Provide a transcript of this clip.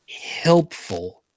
helpful